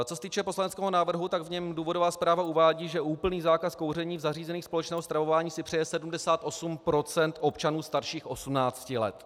Co se týče poslaneckého návrhu, tak v něm důvodová zpráva uvádí, že úplný zákaz kouření v zařízeních společného stravování si přeje 78 % občanů starších 18 let.